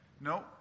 No